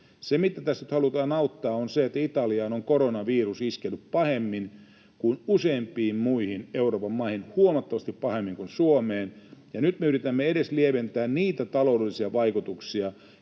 Se, mitä tässä nyt halutaan auttaa, on se, että Italiaan on koronavirus iskenyt pahemmin kuin useimpiin muihin Euroopan maihin, huomattavasti pahemmin kuin Suomeen, ja nyt me yritämme edes lieventää niitä taloudellisia vaikutuksia,